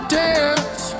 dance